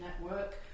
Network